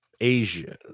Asia